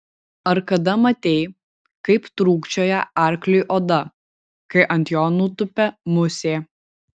ar kada matei kaip trūkčioja arkliui oda kai ant jo nutupia musė